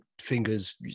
fingers